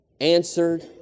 answered